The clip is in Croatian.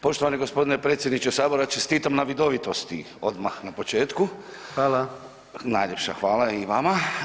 Poštovani g. predsjedniče Sabora, čestitam na vidovitosti odmah na početku [[Upadica predsjednik: Hvala.]] Najljepša hvala i vama.